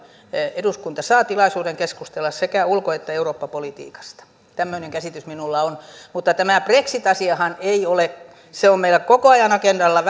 eduskunta saa tilaisuuden keskustella sekä ulko että eurooppa politiikasta tämmöinen käsitys minulla on tämä brexit asiahan on meillä koko ajan agendalla